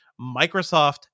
Microsoft